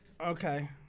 Okay